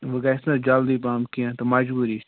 وٕ گژھِ نَہ جلدی پَہم کیٚنٛہہ تہٕ مجبوٗری چھِ